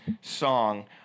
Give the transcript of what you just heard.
Song